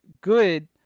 good